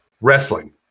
wrestling